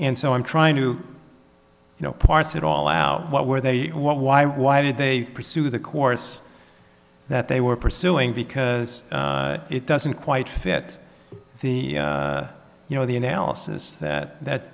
and so i'm trying to you know parse it all out what were they what why why did they pursue the course that they were pursuing because it doesn't quite fit the you know the analysis that that